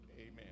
Amen